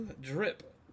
Drip